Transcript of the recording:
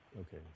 Okay